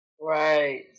Right